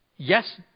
Yes